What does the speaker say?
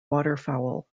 waterfowl